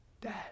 Dad